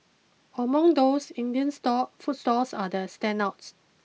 among those Indian stalls food stalls are the standouts